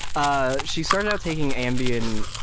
ah she started out taking ambien,